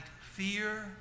fear